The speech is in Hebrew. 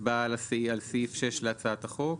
הצבעה על סעיף להצעת החוק.